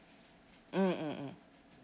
mm mm mm